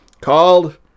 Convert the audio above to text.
called